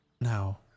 Now